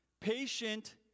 patient